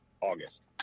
august